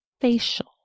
facial